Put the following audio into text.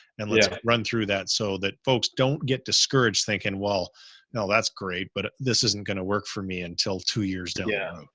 and let's run through that so that folks don't get discouraged thinking, well now that's great, but this isn't gonna work for me until two years down.